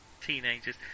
Teenagers